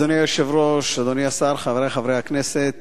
אדוני היושב-ראש, אדוני השר, חברי חברי הכנסת,